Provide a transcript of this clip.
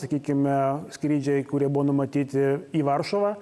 sakykime skrydžiai kurie buvo numatyti į varšuvą